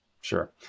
sure